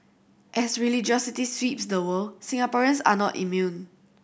as religiosity sweeps the world Singaporeans are not immune